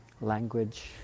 language